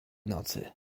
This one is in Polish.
nocy